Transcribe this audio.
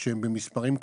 זה האנשים.